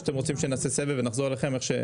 או שאתם רוצים שנעשה סבב ונחזור אליכם.